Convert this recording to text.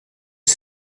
que